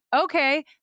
okay